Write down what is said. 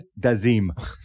Dazim